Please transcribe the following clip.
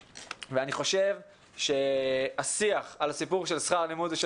ואני חושב שהשיח על הסיפור של שכר הלימוד ושל